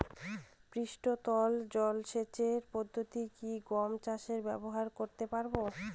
পৃষ্ঠতল জলসেচ পদ্ধতি কি গম চাষে ব্যবহার করতে পারব?